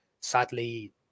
sadly